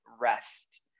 rest